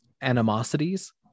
animosities